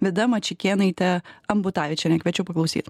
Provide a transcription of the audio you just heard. vida mačikėnaite ambutavičiene kviečiu paklausyt